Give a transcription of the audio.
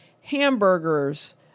hamburgers